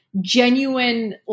genuine